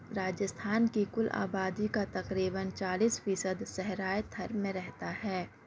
راجستھان کی کل آبادی کا تقریباً چالیس فیصد صحرائے تھر میں رہتا ہے